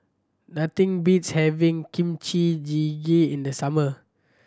nothing beats having Kimchi Jjigae in the summer